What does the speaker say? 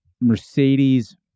Mercedes